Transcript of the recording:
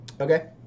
Okay